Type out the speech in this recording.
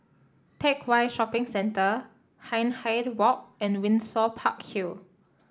Teck Whye Shopping Centre Hindhede Walk and Windsor Park Hill